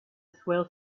swell